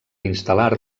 instal·lar